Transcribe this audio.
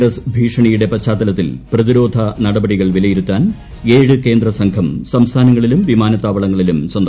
corona virus ഭീഷണിയുടെ പശ്ചാത്തലത്തിൽ പ്രതിരോധ നടപടികൾ വിലയിരുത്താൻ ഏഴ് കേന്ദ്ര സംഘം സംസ്ഥാനങ്ങളിലും വിമാനത്താവളങ്ങളിലും സന്ദർശനം നടത്തും